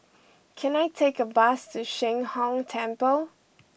can I take a bus to Sheng Hong Temple